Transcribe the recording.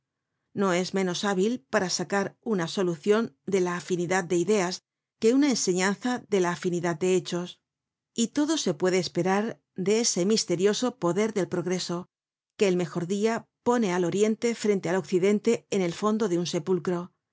no es menos hábil para sacar una solucion de la afinidad de ideas que una enseñanza de la afinidad de hechos y todo se puede esperar de ese misterioso poder del progreso que el mejor dia pone al oriente frente al occidente en el fondo de un sepulcro